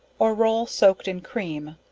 or roll soaked in cream,